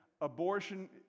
Abortion